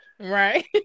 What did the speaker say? right